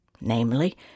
namely